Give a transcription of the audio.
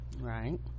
right